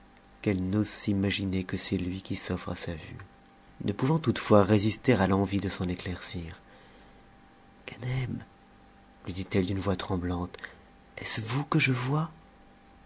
qu'elle n'ose s'imaginer que c'est lui qui s'offre à sa vue ne pouvant toutefois résister à l'envie des'euéctaircir ganem lui dit-elle d'une voix tremblante est-ce vous que je vois